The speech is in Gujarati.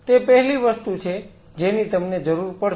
તે પહેલી વસ્તુ છે જેની તમને જરૂર પડશે